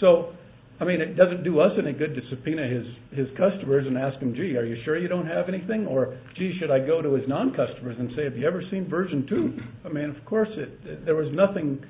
so i mean it doesn't do us any good to subpoena his his customers and ask him gee are you sure you don't have anything or should i go to his non customers and say have you ever seen version to a man of course it there was nothing